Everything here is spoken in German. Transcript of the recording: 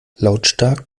lautstark